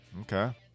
Okay